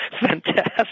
Fantastic